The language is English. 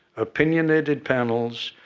opinionated panels,